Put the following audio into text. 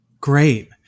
Great